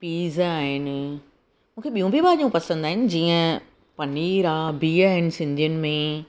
पीज़ आहिनि मूंखे ॿियूं बि भाॼियूं पसंदि आहिनि जीअं पनीर आहे बिह आहिनि सिंधियुनि में